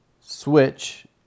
switch